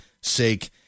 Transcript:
sake